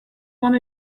want